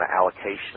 allocation